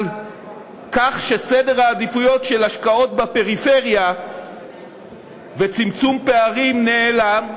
על כך שסדר העדיפויות של השקעות בפריפריה וצמצום פערים נעלם,